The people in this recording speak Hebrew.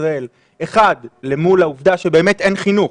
ישראל למול העובדה שבאמת אין חינוך